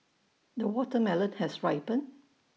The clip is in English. the watermelon has ripened